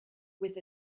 with